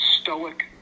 stoic